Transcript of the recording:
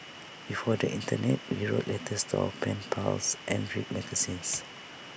before the Internet we wrote letters to our pen pals and read magazines